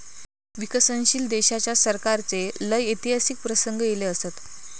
विकसनशील देशाच्या सरकाराचे लय ऐतिहासिक प्रसंग ईले असत